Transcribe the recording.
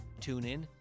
TuneIn